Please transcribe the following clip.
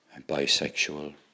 bisexual